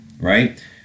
right